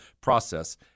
process